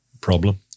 problem